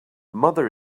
mother